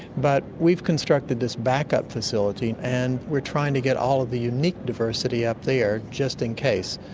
but we've constructing this backup facility and we're trying to get all of the unique diversity up there just in case.